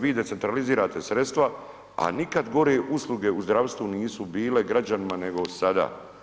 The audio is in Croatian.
Vi decentralizirate sredstva, a nikad gore usluge u zdravstvu nisu bile građanima nego sada.